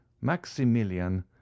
maximilian